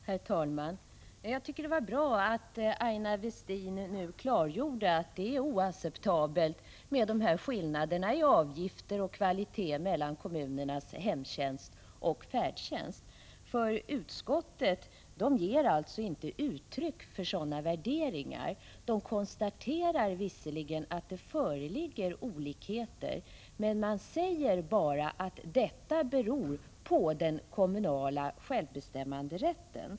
Herr talman! Jag tycker att det var bra att Aina Westin nu klargjorde att det är oacceptabelt med skillnaderna i avgifter och kvalitet mellan de olika kommunernas hemtjänst och färdtjänst, för utskottet ger inte uttryck för sådana värderingar. Utskottet konstaterar visserligen att det föreligger olikheter men säger bara att detta beror på den kommunala självbestämmanderätten.